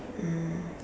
mm